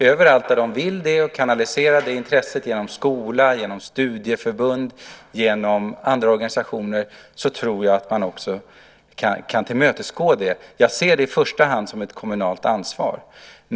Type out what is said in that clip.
Överallt där de vill kanalisera intresset för detta genom skola, genom studieförbund och genom andra organisationer tror jag att man också kan tillmötesgå det. Jag ser det i första hand som ett kommunalt ansvar.